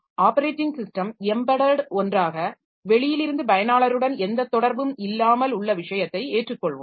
operating system embedded ஒன்றாக வெளியில் இருந்து பயனாளருடன் எந்த தொடர்பும் இல்லாமல் உள்ள விஷயத்தை ஏற்றுக்கொள்வோம்